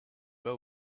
bas